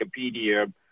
wikipedia